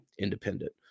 independent